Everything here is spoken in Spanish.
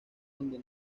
donde